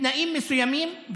בתנאים מסוימים,